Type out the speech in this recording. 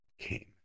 came